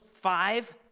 five